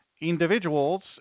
individuals